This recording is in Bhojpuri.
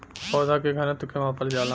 पौधा के घनत्व के मापल जाला